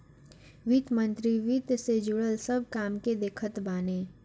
वित्त मंत्री वित्त से जुड़ल सब काम के देखत बाने